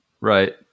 Right